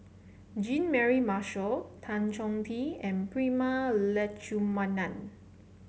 Jean Mary Marshall Tan Chong Tee and Prema Letchumanan